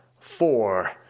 Four